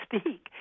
speak